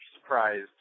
surprised